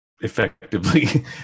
effectively